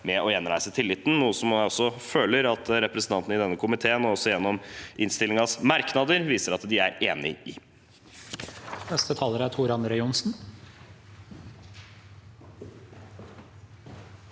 med å gjenreise tilliten, noe jeg føler at representantene i denne komiteen, også gjennom innstillingens merknader, viser at de er enige i.